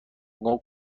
گفت